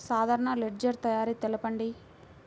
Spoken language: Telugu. సాధారణ లెడ్జెర్ తయారి తెలుపండి?